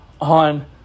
on